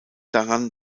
daran